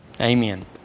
Amen